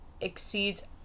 exceeds